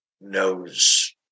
knows